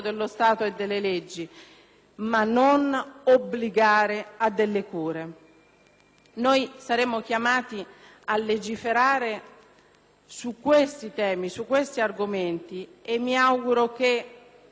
e non obbligare a delle cure. Noi saremo chiamati a legiferare su questi temi, su questi argomenti, e mi auguro che la posizione